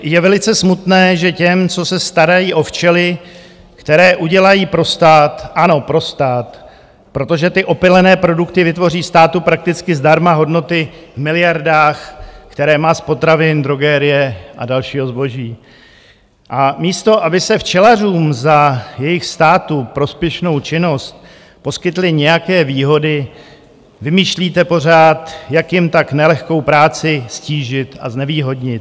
Je velice smutné, že těm, co se starají o včely, které udělají pro stát ano, pro stát, protože ty opylené produkty vytvoří státu prakticky zdarma hodnoty v miliardách, které má z potravin, drogerie a dalšího zboží a místo, aby se včelařům za jejich státu prospěšnou činnost poskytly nějaké výhody, vymýšlíte pořád, jak jim tak nelehkou práci ztížit a znevýhodnit.